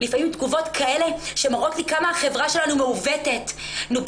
לפעמים תגובות כאלה שמראות לי כמה החברה שלנו מעוותת: נו,